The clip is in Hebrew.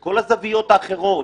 כל הזוויות האחרות